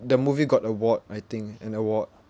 the movie got award I think an award